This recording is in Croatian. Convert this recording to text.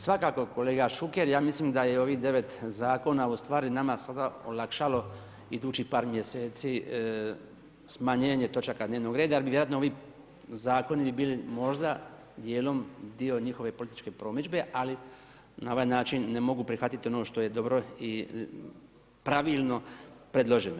Svakako, kolega Šuker, ja mislim da je ovih 9 zakona u stvari nama sada olakšalo idućih par mjeseci smanjenje točaka dnevnog reda jer bi vjerojatno ovi zakoni bi bili možda dijelom dio njihove političke promidžbe, ali na ovaj način ne mogu prihvatiti ono što je dobro i pravilno predloženo.